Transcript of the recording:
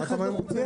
נו,